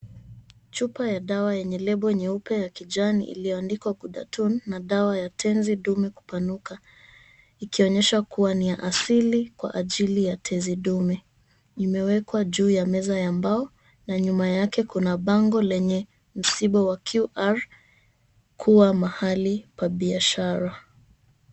Chupa ya dawa yenye lebo nyeupe ya kijani iliyoandikwa Ghudatun na dawa ya tenzi dume kupanuka ikionyesha ni ya asili kwa ajili ya tenzi dume. Imewekwa juu ya meza ya mbao na nyuma yake kuna bango lenye msimbo wa QR kuwa mahali pa biashara.